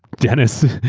dennis,